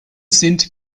sind